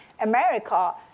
America